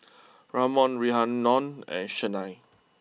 Ramon Rhiannon and Chynna